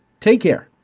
take care.